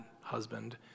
husband